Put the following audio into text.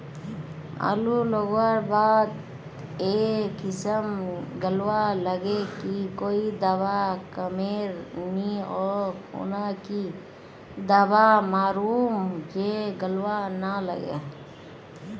आलू लगवार बात ए किसम गलवा लागे की कोई दावा कमेर नि ओ खुना की दावा मारूम जे गलवा ना लागे?